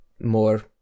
more